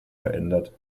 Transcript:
verändert